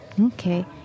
Okay